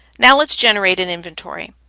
now let's generate an inventory.